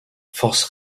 force